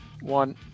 one